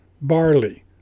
barley